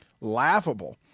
laughable